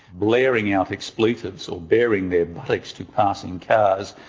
blaring out expletives or baring their buttocks to passing cars,